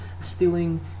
stealing